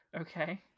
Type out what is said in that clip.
Okay